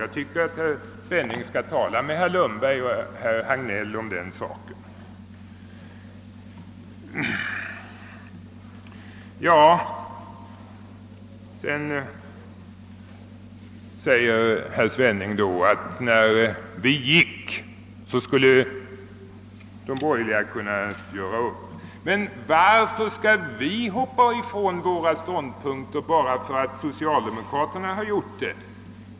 Jag tycker att herr Svenning skall tala med herr Lundberg och herr Hagnell om den saken. Herr Svenning säger vidare, att när socialdemokraterna lämnade utskottet, så borde de borgerliga ha kunnat göra upp. Men varför skall vi gå ifrån våra ståndpunkter bara för att socialdemokraterna gjort det?